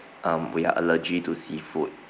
um we are allergy to seafood